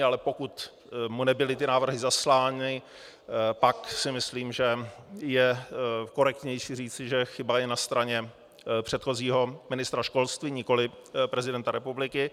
Ale pokud mu nebyly ty návrhy zaslány, pak si myslím, že je korektnější říci, že chyba je na straně předchozího ministra školství, nikoli prezidenta republiky.